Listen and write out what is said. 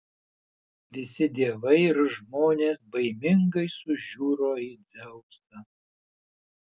visi dievai ir žmonės baimingai sužiuro į dzeusą